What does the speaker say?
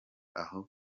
aho